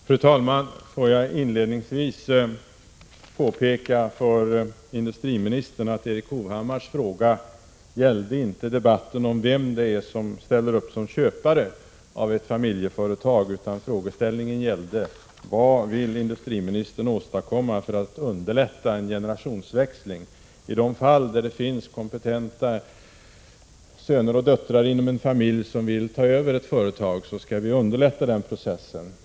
Fru talman! Jag vill inledningsvis påpeka för industriministern att Erik Hovhammars fråga inte gällde debatten om vem det är som ställer upp som köpare av ett familjeföretag, utan frågan gällde vad industriministern vill åstadkomma för att underlätta generationsväxlingar. I de fall där det finns kompetenta söner och döttrar inom en familj som vill ta över ett företag skall vi underlätta den processen.